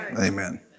Amen